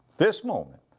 this moment,